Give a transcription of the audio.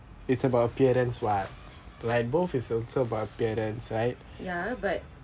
ya but